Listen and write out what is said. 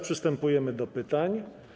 Przystępujemy do pytań.